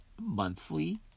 monthly